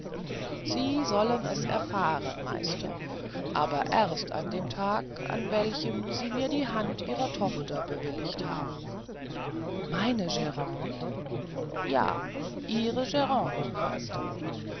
sie sollen es erfahren meister aber erst an dem tage an welchem sie mir die hand ihrer tochter bewilligt haben meine grande ja ihre grande meister